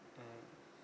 mmhmm